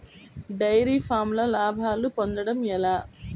Dairy ఫామ్లో లాభాలు పొందడం ఎలా?